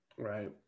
right